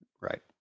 Right